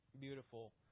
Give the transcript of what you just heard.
beautiful